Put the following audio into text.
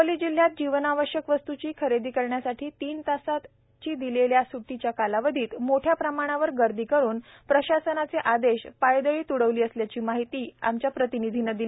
हिंगोली जिल्ह्यातील जीवनावश्यक वस्तूची खरेदीसाठी तीन तासाची दिलेल्या सुटीच्या कालावधीत मोठ्या प्रमाणावर गर्दी करून प्रशासनाचे आदेश पायदळी तुडवली असल्याची माहिती आमच्या प्रतनिधीने दिली